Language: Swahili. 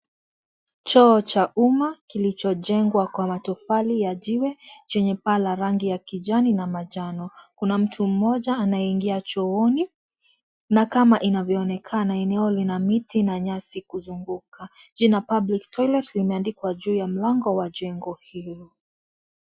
Choo cha umma kilicho jengwa kwa matofali ya jiwe, chenye paa ya rangi ya kijani na manjano. Kuna mtu mmoja anayeingia chooni na kama inavyoonekana eneo lina miti na nyasi kuzunguka. Jina Public Toilet limeandkwa juu ya mlango wa jengo hilo.